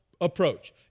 approach